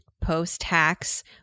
post-tax